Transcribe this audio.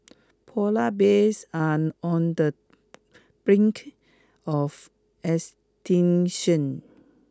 polar bears are on the brink of extinction